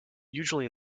usually